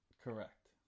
Correct